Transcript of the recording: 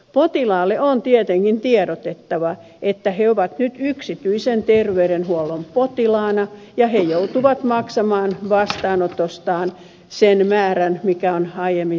potilaille on tietenkin tiedotettava että he ovat nyt yksityisen terveydenhuollon potilaina ja he joutuvat maksamaan vastaanotostaan sen määrän mikä on aiemmin sovittu